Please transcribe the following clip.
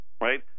right